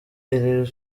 iri